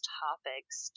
topics